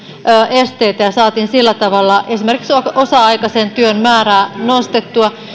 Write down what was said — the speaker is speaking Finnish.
esteitä ja saatiin sillä tavalla esimerkiksi osa aikaisen työn määrää nostettua